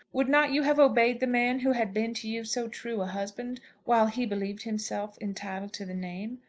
would not you have obeyed the man who had been to you so true a husband while he believed himself entitled to the name?